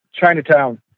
Chinatown